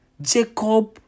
jacob